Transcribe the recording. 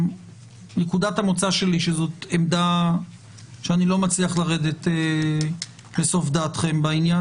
נקודת המוצא שלי היא שזו עמדה שאני לא מצליח לרדת לסוף דעתכם בעניין,